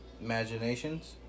Imaginations